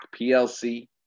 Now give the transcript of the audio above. PLC